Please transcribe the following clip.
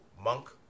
monk